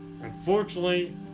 Unfortunately